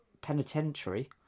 Penitentiary